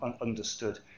understood